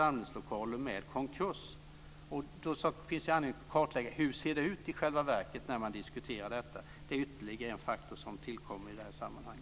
Det finns när man diskuterar detta anledning att kartlägga hur det i själva verket ser ut. Det är ytterligare en faktor som tillkommer i detta sammanhang.